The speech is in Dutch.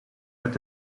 uit